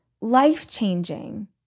life-changing